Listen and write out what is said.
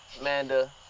Amanda